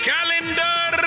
Calendar